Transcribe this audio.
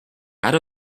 out